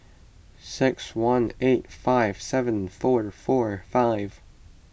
six one eight five seven four four five